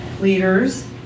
leaders